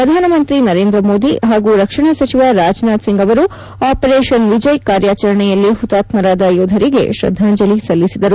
ಪ್ರಧಾನ ಮಂತ್ರಿ ನರೇಂದ್ರ ಮೋದಿ ಹಾಗೂ ರಕ್ಷಣ ಸಚಿವ ರಾಜನಾಥ್ ಸಿಂಗ್ ಅವರು ಆಪರೇಷನ್ ವಿಜಯ್ ಕಾರ್ಯಾಚರಣೆಯಲ್ಲಿ ಹುತಾತ್ತರಾದ ಯೋಧರಿಗೆ ಶ್ರದ್ದಾಂಜಲಿ ಸಲ್ಲಿಸಿದರು